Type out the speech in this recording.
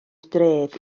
dref